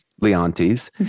leontes